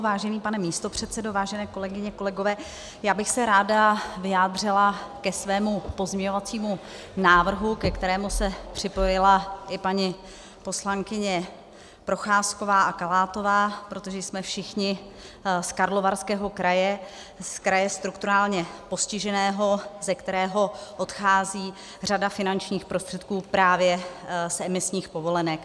Vážený pane místopředsedo, vážené kolegyně, kolegové, já bych se ráda vyjádřila k svému pozměňovacímu návrhu, ke kterému se připojila i paní poslankyně Procházková a Kalátová, protože jsme všichni z Karlovarského kraje, z kraje strukturálně postiženého, ze kterého odchází řada finančních prostředků právě z emisních povolenek.